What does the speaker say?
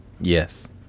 Yes